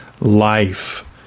life